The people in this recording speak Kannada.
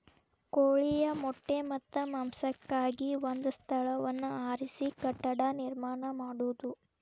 ಕೋಳಿಯ ಮೊಟ್ಟೆ ಮತ್ತ ಮಾಂಸಕ್ಕಾಗಿ ಒಂದ ಸ್ಥಳವನ್ನ ಆರಿಸಿ ಕಟ್ಟಡಾ ನಿರ್ಮಾಣಾ ಮಾಡುದು